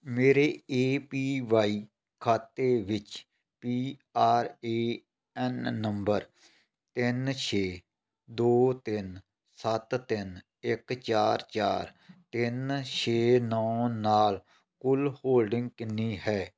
ਮੇਰੇ A P Y ਖਾਤੇ ਵਿੱਚ ਪੀ ਆਰ ਏ ਐਨ ਨੰਬਰ ਤਿੰਨ ਛੇ ਦੋ ਤਿੰਨ ਸੱਤ ਤਿੰਨ ਇੱਕ ਚਾਰ ਚਾਰ ਤਿੰਨ ਛੇ ਨੌਂ ਨਾਲ ਕੁੱਲ ਹੋਲਡਿੰਗ ਕਿੰਨੀ ਹੈ